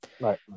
Right